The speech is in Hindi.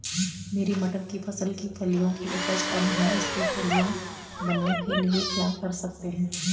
मेरी मटर की फसल की फलियों की उपज कम है इसके फलियां बनने के लिए क्या कर सकते हैं?